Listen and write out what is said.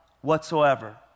whatsoever